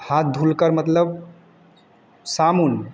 हाथ धुलकर मतलब साबुन